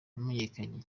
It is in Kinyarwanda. wamenyekanye